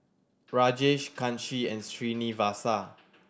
Rajesh Kanshi and Srinivasa